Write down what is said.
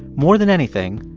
more than anything,